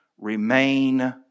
remain